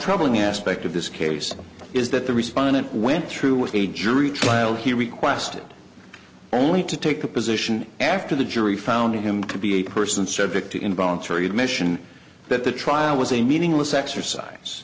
troubling aspect of this case is that the respondent went through with a jury trial he requested only to take a position after the jury found him to be a person subject to involuntary admission that the trial was a meaningless exercise